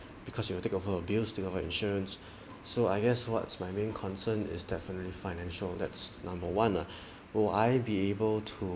because you will take over bills take over insurance so I guess what's my main concern is definitely financial that's number one ah will I be able to